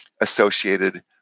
associated